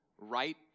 right